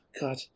god